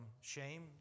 shame